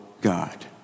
God